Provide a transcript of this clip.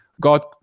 God